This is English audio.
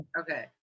okay